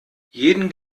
jeden